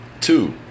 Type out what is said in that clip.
Two